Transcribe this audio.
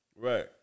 Right